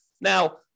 Now